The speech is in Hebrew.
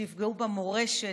שיפגעו במורשת,